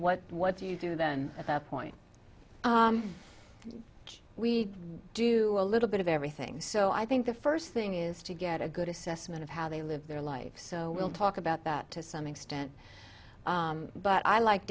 what what do you do then at that point we do a little bit of everything so i think the first thing is to get a good assessment of how they live their life so we'll talk about that to some extent but i like